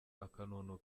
akanunu